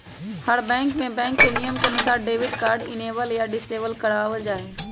हर bank में bank के नियम के अनुसार डेबिट कार्ड इनेबल या डिसेबल करवा वल जाहई